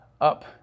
up